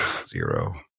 Zero